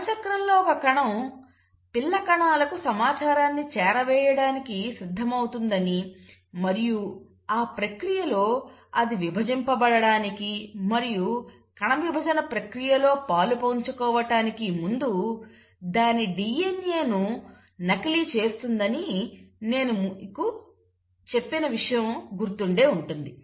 కణచక్రంలో ఒక కణం పిల్ల కణాలకు సమాచారాన్ని చేరవేయడానికి సిద్ధమవుతుందని మరియు ఆ ప్రక్రియలో అది విభజింపబడడానికి మరియు కణవిభజన ప్రక్రియ లో పాలుపంచుకోవటానికి ముందు దాని DNA నున నకిలీ చేస్తుందని నేను చెప్పిన విషయం మీకు గుర్తుండే ఉంటుంది